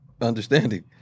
understanding